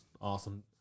awesome